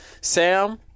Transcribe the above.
Sam